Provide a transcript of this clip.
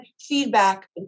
feedback